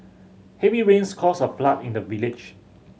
heavy rains caused a flood in the village